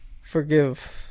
forgive